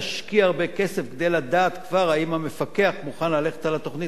הרבה כסף כדי לדעת כבר אם המפקח מוכן ללכת על התוכנית הזאת,